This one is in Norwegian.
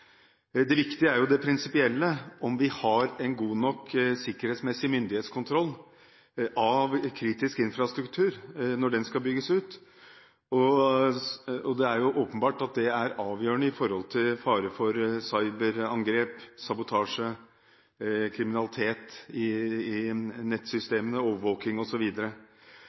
Det viktige er det prinsipielle, om vi har en god nok sikkerhetsmessig myndighetskontroll av kritisk infrastruktur når den skal bygges ut. Det er åpenbart at det er avgjørende med tanke på fare for cyberangrep, sabotasje, kriminalitet i nettsystemene, overvåking